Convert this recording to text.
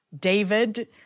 david